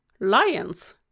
lions